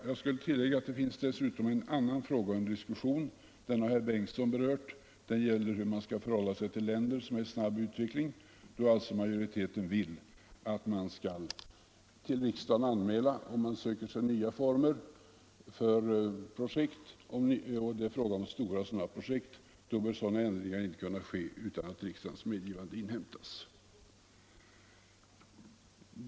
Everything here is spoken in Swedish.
Jag vill tillägga att det finns en annan fråga under diskussion. Den har herr förste vice talmannen Bengtson berört och den gäller hur man skall förhålla sig till länder som är stadda i snabb utveckling. Utskottsmajoriteten vill att regeringen skall till riksdagen anmäla när man i sådana fall söker nya former för projekt och det är fråga om stora sådana projekt. Sådana ändringar bör alltså inte kunna ske utan att riksdagens medgivande inhämtas.